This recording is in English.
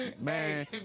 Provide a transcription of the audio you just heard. Man